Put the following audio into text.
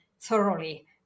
thoroughly